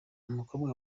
umukobwa